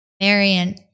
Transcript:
Marian